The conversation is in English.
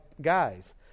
guys